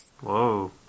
Whoa